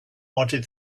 wanted